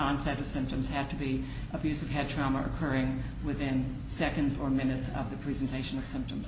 onset of symptoms have to be of use of head trauma occurring within seconds or minutes of the presentation of symptoms